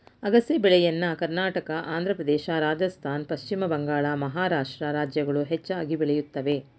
ಅಗಸೆ ಬೆಳೆಯನ್ನ ಕರ್ನಾಟಕ, ಆಂಧ್ರಪ್ರದೇಶ, ರಾಜಸ್ಥಾನ್, ಪಶ್ಚಿಮ ಬಂಗಾಳ, ಮಹಾರಾಷ್ಟ್ರ ರಾಜ್ಯಗಳು ಹೆಚ್ಚಾಗಿ ಬೆಳೆಯುತ್ತವೆ